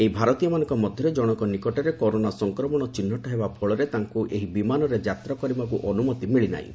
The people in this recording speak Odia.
ଏହି ଭାରତୀୟମାନଙ୍କ ମଧ୍ୟରେ ଜଣଙ୍କ ନିକଟରେ କରୋନା ସଂକ୍ରମଣ ଚିହ୍ନଟ ହେବା ଫଳରେ ତାଙ୍କୁ ଏହି ବିମାନରେ ଯାତ୍ରା କରିବାକୁ ଅନୁମତି ମିଳି ନାହିଁ